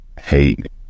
hate